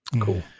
cool